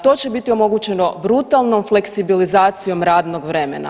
To će biti omogućeno brutalnom fleksibilizacijom radnog vremena.